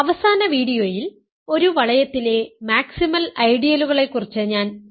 അവസാന വീഡിയോയിൽ ഒരു വളയത്തിലെ മാക്സിമൽ ഐഡിയലുകളെക്കുറിച്ച് ഞാൻ സംസാരിച്ചു